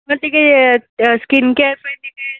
ମୋର ଟିକେ skin care ପାଇଁ ଟିକେ